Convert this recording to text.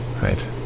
Right